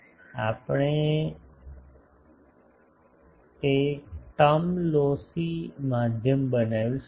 અહીં તેણે ટર્મ લોસી માધ્યમ બનાવ્યું છે